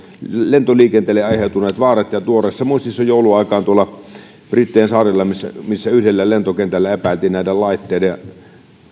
lentoliikenteelle aiheutuneet vaarat tuoreessa muistissa on joulun aikaan tuolla brittein saarilla se kun yhdellä lentokentällä epäiltiin näiden laitteiden